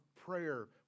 prayer